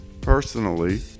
Personally